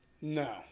no